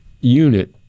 unit